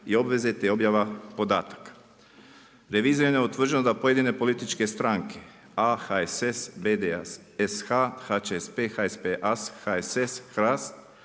i obveze te objava podataka. Revizijom je utvrđeno da pojedine političke stranke a) HSS, b) … HČSP, HSP-AS, HSS, HRAST,